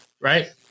right